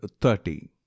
thirty